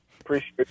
appreciate